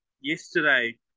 yesterday